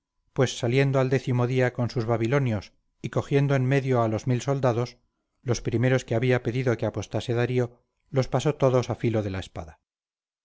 pues saliendo al décimo día con sus babilonios y cogiendo en medio a los mil soldados los primeros que había pedido que apostase darío los pasó todos a filo de la espada